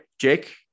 Jake